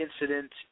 incident